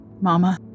Mama